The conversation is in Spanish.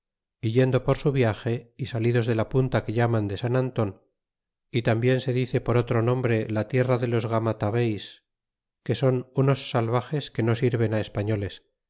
yendo por su viage é salidos de la punta que llaman de sant anton y tambien se dice por otro nombre la tierra de los gamatabeis que son unos salvajes que no sirven españoles